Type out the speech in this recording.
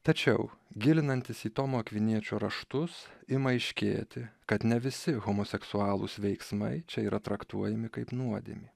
tačiau gilinantis į tomo akviniečio raštus ima aiškėti kad ne visi homoseksualūs veiksmai čia yra traktuojami kaip nuodėmė